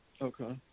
Okay